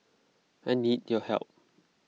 I need your help